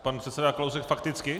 Pan předseda Kalousek fakticky?